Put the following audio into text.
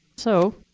so